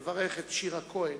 לברך את שירה כהן,